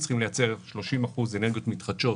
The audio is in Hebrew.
צריכים לייצר 30% אנרגיות מתחדשות